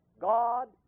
God